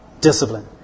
Discipline